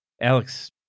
Alex